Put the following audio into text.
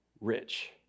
rich